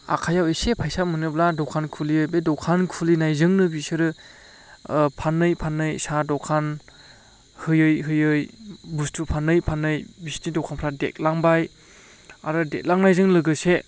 आखाइआव एसे फैसा मोनोब्ला दखान खुलियो बे दखान खुलिनायजोंनो बिसोरो फानै फानै साहा दखान होयै होयै बुस्थु फानै फानै बिसिनि दखानफ्रा देथलांबाय आरो देथलांनायजों लोगोसे